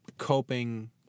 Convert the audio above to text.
coping